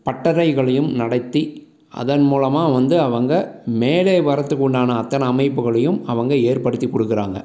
பட்டறைகளையும் நடத்தி அதன் மூலமாக வந்து அவங்க மேலே வர்றத்துக்கு உண்டான அத்தனை அமைப்புகளையும் அவங்க ஏற்படுத்தி கொடுக்குறாங்க